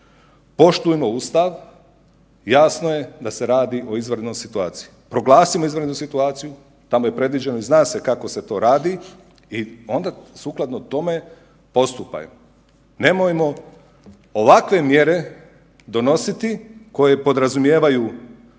Poštujmo Ustav, jasno je da se radi o izvanrednoj situaciji, proglasimo izvanrednu situaciju, tamo je predviđeno i zna se kako se to radi i onda sukladno tome postupaj. Nemojmo ovakve mjere donositi koje same